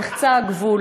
נחצה הגבול.